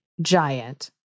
giant